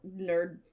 nerd